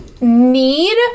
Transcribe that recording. need